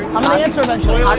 i'm gonna answer eventually.